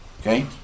Okay